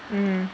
mm